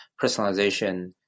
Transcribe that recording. personalization